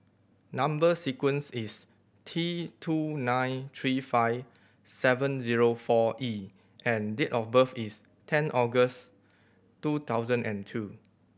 number sequence is T two nine three five seven zero four E and date of birth is ten August two thousand and two